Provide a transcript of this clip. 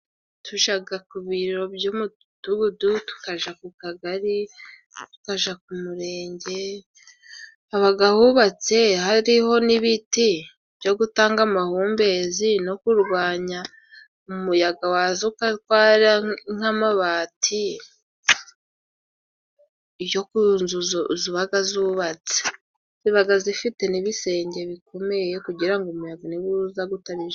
Tujya ku biro by'umudugudu, tukajya ku kagari, tukajya ku murenge, haba hubatse hariho n'ibiti byo gutanga amahumbezi no kurwanya umuyaga waza ugatwara namabati, yo kunzu ziba zubatse, ziba zifite n'ibisenge bikomeye kugirango umuyaga nuza utabijyana.